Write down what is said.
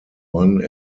one